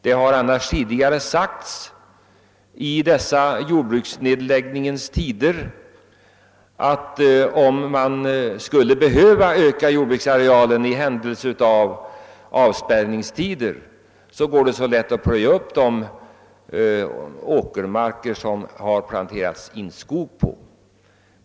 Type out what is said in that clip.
Det har annars i dessa jordbruksnedläggningens tider sagts, att om man skulle behöva öka jordbruksarealen vid avspärrning går det lätt att plöja upp de åkermarker där man planterat skog.